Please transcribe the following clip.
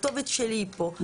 הכתובת שלי היא פה,